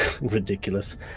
ridiculous